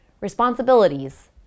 responsibilities